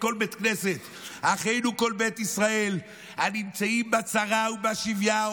בית כנסת: "אחינו כל בית ישראל הנתונים בצרה ובשביה,